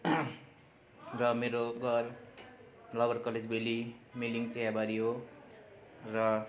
र मेरो घर लोवर कलेज भ्याली मिलिङ चियाबारी हो र